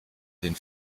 den